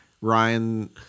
ryan